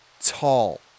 tall